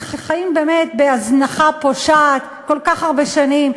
שחיים באמת בהזנחה פושעת כל כך הרבה שנים,